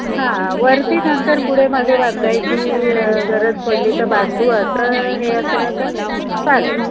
हां वरती नंतर पुढे मागे बांधायची गरज पडली तर बांधू असं हे असलं तर चालेल